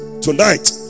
Tonight